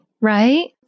Right